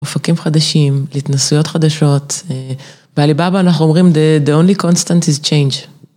אופקים חדשים והתנסויות חדשות. בעליבאבא אנחנו אומרים, The only constant is change.